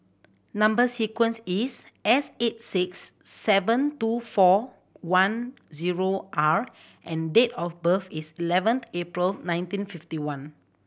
number sequence is S eight six seven two four one zero R and date of birth is eleventh April nineteen fifty one